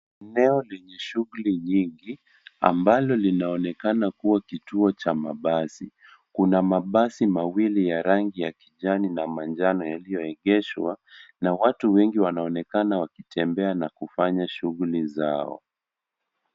Eneo lenye shughuli nyingi ambalo linaonekana kuwa kituo cha mabasi. Kuna mabasi mawili ya rangi ya kijani na manjnao yaliyoegeshwa na watu wengi wanaonekana wakitembea na kufanya shughuli zao.